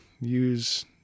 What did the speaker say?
use